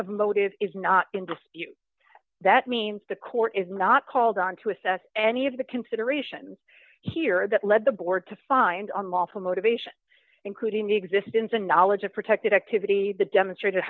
of motive is not in dispute that means the court is not called on to assess any of the considerations here that led the board to find a mall to motivation including the existence and knowledge of protected activity that demonstrated